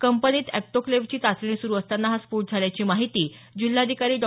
कंपनीत ऑटोक्लेव्हची चाचणी सुरू असताना हा स्फोट झाल्याची माहिती जिल्हाधिकारी डॉ